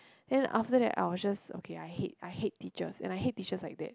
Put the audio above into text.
then after that I was just okay I hate I hate teachers and I hate teachers like that